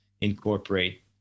incorporate